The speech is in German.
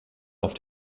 auf